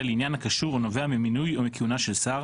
לעניין הקשור או נובע ממינוי או מכהונה של שר